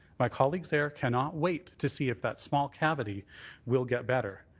my colleagues there cannot wait to see if that small cavity will get better.